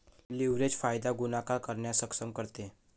leverage फायदा गुणाकार करण्यास सक्षम करते